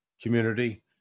community